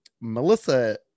melissa